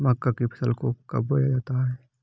मक्का की फसल को कब बोया जाता है?